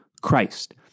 Christ